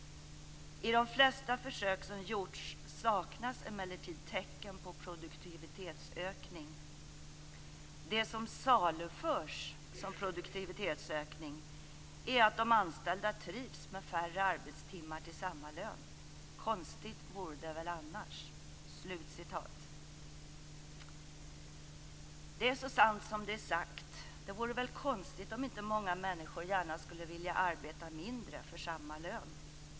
I de flesta försök som gjorts saknas emellertid tecken på produktivitetsökning. Det som saluförs som produktivitetsökning är att de anställda trivs med färre arbetstimmar till samma lön - konstigt vore det väl annars." Det är så sant som det är sagt - det vore väl konstigt om inte många människor gärna skulle vilja arbeta mindre för samma lön.